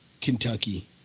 Kentucky